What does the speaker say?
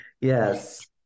yes